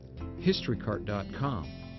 Historycart.com